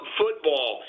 football